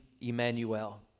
Emmanuel